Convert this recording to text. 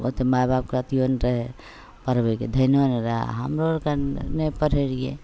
ओतेक माइ बापके अथिओ नहि रहै पढ़बैके धिआने नहि रहै हमरो आओरके नहि पढ़ै रहिए